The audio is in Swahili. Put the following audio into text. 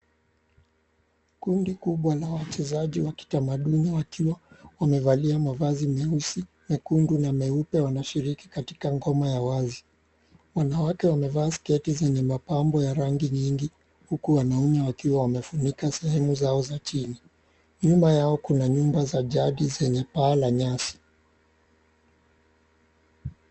Kundi kubwa la wachezaji wa kitamaduni wakiwa wamevalia mavazi meusi, mekundu na meupe wanashiriki katika ngoma ya wazi. Wanawake wamevaa sketi zenye mapambo ya rangi nyingi huku wanaume wakiwa wamefunika sehemu zao za chini. Nyuma yao kuna nyumba za jadi zenye paa za nyasi.